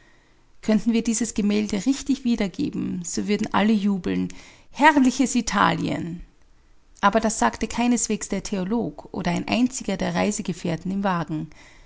könnten wir dieses gemälde richtig wiedergeben so würden alle jubeln herrliches italien aber das sagte keineswegs der theolog oder ein einziger der reisegefährten im wagen